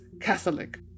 Catholic